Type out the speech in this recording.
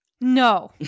No